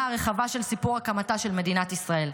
הרחבה של סיפור הקמתה של מדינת ישראל.